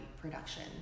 production